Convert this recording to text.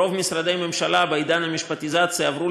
רוב משרדי הממשלה בעידן המשפטיזציה עברו